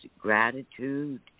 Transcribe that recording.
gratitude